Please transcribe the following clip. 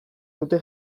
dute